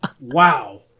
wow